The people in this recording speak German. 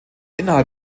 innerhalb